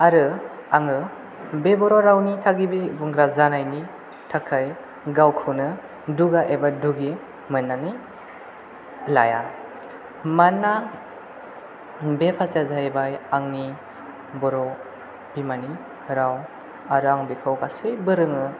आरो आङो बे बर' रावनि थागिबि बुंग्रा जानायनि थाखाय गावखौनो दुगा एबा दुगि मोननानै लाया मानोना बे भासाया जाहैबाय आंनि बर' बिमानि राव आरो आं बेखौ गासैबो रोङो